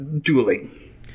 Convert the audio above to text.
dueling